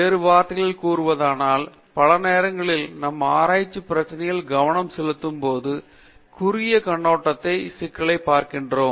வேறு வார்த்தைகளில் கூறுவதானால் பல நேரங்களில் நம் ஆராய்ச்சிக் பிரச்சனையில் கவனம் செலுத்தும் போது குறுகிய கண்ணோட்டத்தோடு சிக்கலை பார்க்கிறோம்